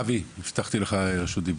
אבי, בבקשה.